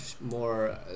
more